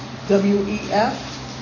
WEF